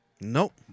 Nope